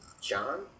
John